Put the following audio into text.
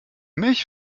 mich